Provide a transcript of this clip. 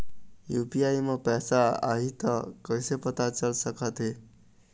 UPI म पैसा आही त कइसे पता चल सकत हे?